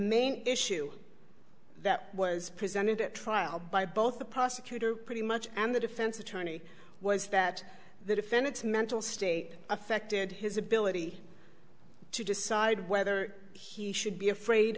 main issue that was presented at trial by both the prosecutor pretty much and the defense attorney was that the defendant's mental state affected his ability to decide whether he should be afraid